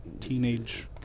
teenage